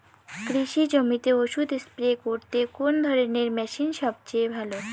কৃষি জমিতে ওষুধ স্প্রে করতে কোন ধরণের মেশিন সবচেয়ে ভালো?